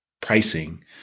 pricing